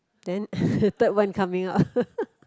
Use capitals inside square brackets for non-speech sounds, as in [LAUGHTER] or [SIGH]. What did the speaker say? then [LAUGHS] third one coming up [LAUGHS]